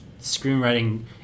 screenwriting